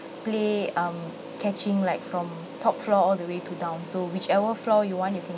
play um catching like from top floor all the way to down so whichever floor you want you can